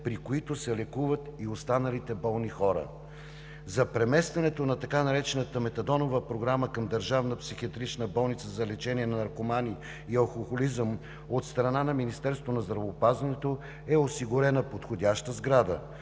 при които се лекуват и останалите болни хора. За преместването на така наречената Метадонова програма към Държавната психиатрична болница за лечение на наркомании и алкохолизъм от страна на Министерството на здравеопазването е осигурена подходяща сграда.